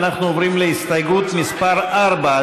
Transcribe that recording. אנחנו עוברים להסתייגות מס' 4,